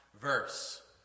verse